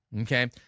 okay